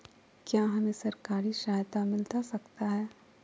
क्या हमे सरकारी सहायता मिलता सकता है?